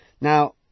Now